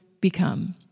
become